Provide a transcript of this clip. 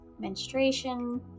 menstruation